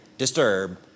Disturb